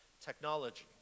technology